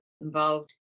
involved